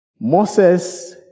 Moses